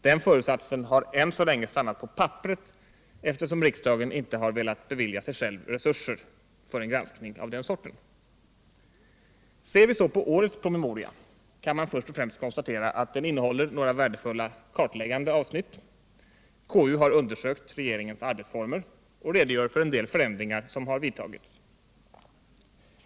Den föresatsen har än så länge stannat på papperet, eftersom riksdagen inte beviljat sig själv resurser för en granskning av den sorten. Ser vi på årets promemoria kan vi först och främst konstatera att denna innehåller några värdefulla kartläggande avsnitt. KU har undersökt regeringens arbetsformer och redogör för en del förändringar som genomförts.